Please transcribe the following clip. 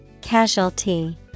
Casualty